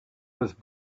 was